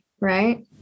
right